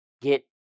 get